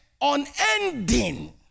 unending